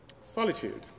solitude